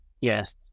Yes